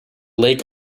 lake